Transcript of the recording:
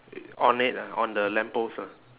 on it ah on the lamppost ah